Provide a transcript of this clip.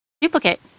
duplicate